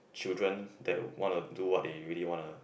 children that wanna do what they really wanna